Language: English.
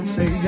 Say